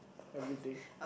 everything